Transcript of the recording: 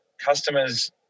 customers